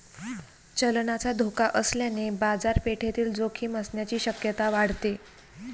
चलनाचा धोका असल्याने बाजारपेठेतील जोखीम असण्याची शक्यता वाढते